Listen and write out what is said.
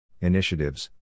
initiatives